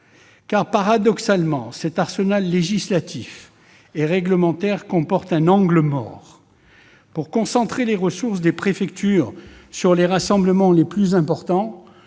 paradoxalement, cet arsenal législatif et réglementaire comporte un angle mort. Pour concentrer les ressources des préfectures sur les rassemblements les plus importants,